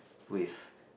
with